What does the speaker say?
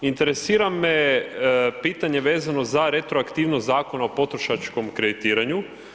Interesira me pitanje vezano za retroaktivnost Zakona o potrošačkom kreditiranju.